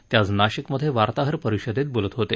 ते आज नाशिकमधे वार्ताहर परिषदेत बोलत होते